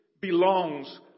belongs